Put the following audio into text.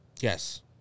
Yes